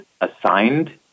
assigned